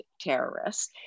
terrorists